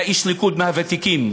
אתה איש ליכוד מהוותיקים,